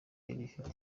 ifite